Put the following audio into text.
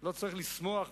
לא צריך לשמוח ולעלוץ,